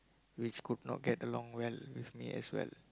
which could not get along well with me as well